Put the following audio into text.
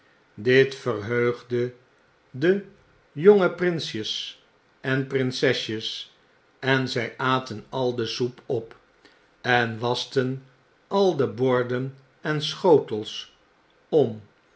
dit verheugde de jonge prinsjes en prinsesjes en zij aten al de soep op en waschten al de borden en schotelsom en